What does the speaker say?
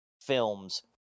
films